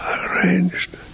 arranged